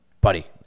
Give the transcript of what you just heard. Buddy